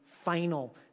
final